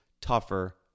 tougher